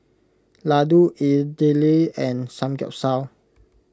Ladoo Idili and Samgeyopsal